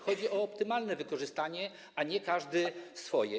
Chodzi o optymalne wykorzystanie, a nie: każdy swoje.